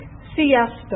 siesta